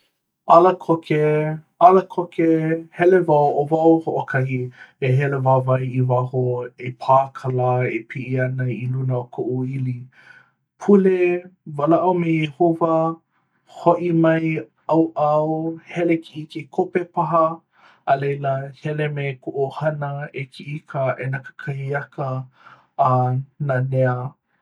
ala koke ala koke, hele wau ʻo wau hoʻokahi e hele wāwae i waho e pā ka lā e piʻi ana i luna ma koʻu ʻili pule, walaʻau me iēhowa hoʻi mai ʻauʻau hele kiʻi i ke kope paha. a laila hele me kuʻu ʻohana e kiʻi i ka ʻāina kakahiaka a nānea